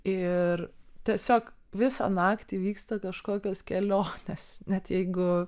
ir tiesiog visą naktį vyksta kažkokios kelionės net jeigu